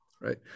right